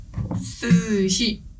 sushi